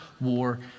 war